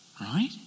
Right